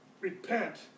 Repent